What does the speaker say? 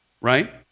right